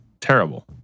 terrible